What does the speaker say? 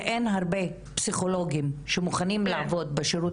שאין הרבה פסיכולוגים שמוכנים לעבוד בשירות